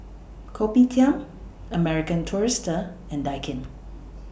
Kopitiam American Tourister and Daikin